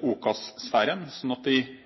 OCAS-sfæren, slik at